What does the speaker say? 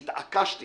והתעקשתי